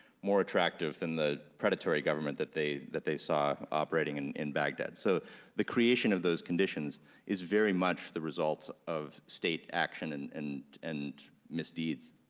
more attractive than the predatory government that they that they saw operating and in baghdad, so the creation of those conditions is very much the results of state action and and and misdeeds.